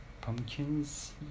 pumpkins